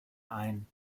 ein